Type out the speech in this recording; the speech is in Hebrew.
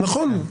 נכון.